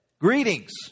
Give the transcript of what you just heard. greetings